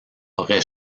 aurait